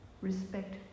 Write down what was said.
Respect